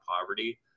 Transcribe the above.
poverty